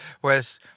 whereas